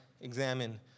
examine